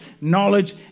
knowledge